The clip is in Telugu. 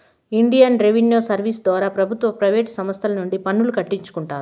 ఇండియన్ రెవిన్యూ సర్వీస్ ద్వారా ప్రభుత్వ ప్రైవేటు సంస్తల నుండి పన్నులు కట్టించుకుంటారు